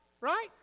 Right